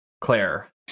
Claire